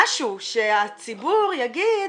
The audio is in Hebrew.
משהו שהציבור יגיד,